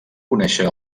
conèixer